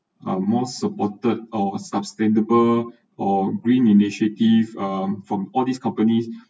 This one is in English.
are most supported or sustainable or green initiative um from all these companies